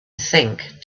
think